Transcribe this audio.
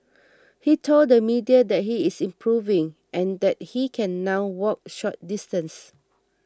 he told the media that he is improving and that he can now walk short distances